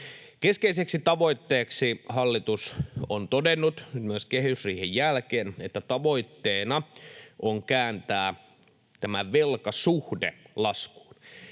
Keskeiseksi tavoitteeksi hallitus on todennut myös kehysriihen jälkeen, että tavoitteena on kääntää tämä velkasuhde laskuun.